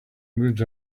moved